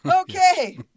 Okay